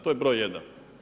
To je broj jedan.